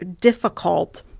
difficult